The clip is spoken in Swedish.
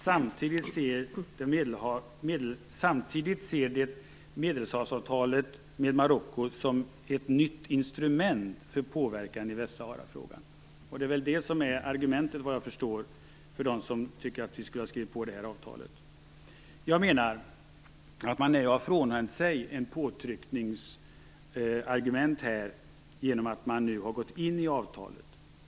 Samtidigt ser det Medelhavsavtalet med Marocko som ett nytt instrument för påverkan i Västsaharafrågan." Såvitt jag förstår är väl detta argumentet för dem som tycker att vi skulle ha skrivit under avtalet. Jag menar att man nu har frånhänt sig ett påtryckningsargument genom att man nu har anslutit sig till avtalet.